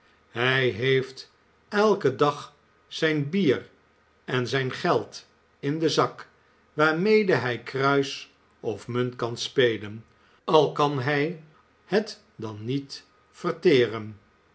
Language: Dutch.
hij heelt eiken dag zijn bier en zijn geld in den zak waarmede hij kruis of munt kan spelen al kan hij het dan niet verleren